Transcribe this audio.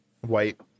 White